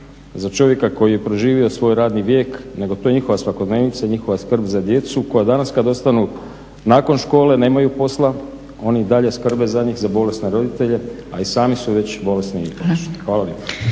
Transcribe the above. za čovjeka koji je proživio svoj radni vijek, nego to je njihova svakodnevica i njihova skrb za djecu koja danas kad ostanu nakon škole nemaju posla, oni i dalje skrbe za njih, za bolesne roditelje a i sami su već bolesni. **Zgrebec,